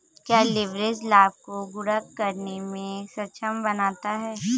क्या लिवरेज लाभ को गुणक करने में सक्षम बनाता है?